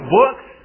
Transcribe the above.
books